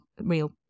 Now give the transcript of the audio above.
real